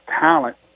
talent